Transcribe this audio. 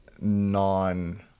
non